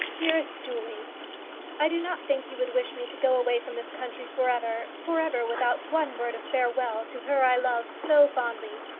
dearest julie i do not think you would wish me to go away from this country for ever for ever, without one word of farewell to her i love so fondly.